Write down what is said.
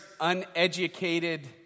uneducated